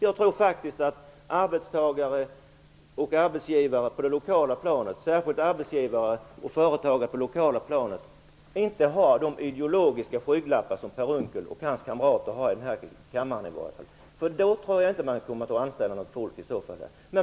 Jag tror faktiskt att arbetstagare och särskilt arbetsgivare på det lokala planet inte har de ideologiska skygglappar som Per Unckel och hans kamrater har i denna kammare, för då anställer man inte folk.